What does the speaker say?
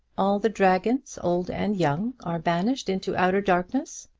all the dragons, old and young, are banished into outer darkness.